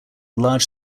large